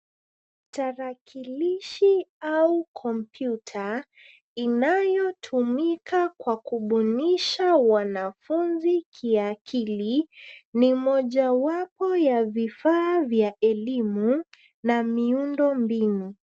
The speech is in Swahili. Tarakilishi au kompyuta inayotumika kwa kubunisha wanafunzi kiakili ni mojawapo ya vifaa muhimu vya elimu na miundombinu.